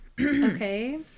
Okay